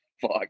fuck